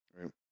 right